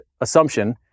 assumption